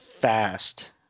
fast